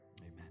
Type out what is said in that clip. amen